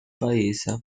paese